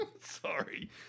Sorry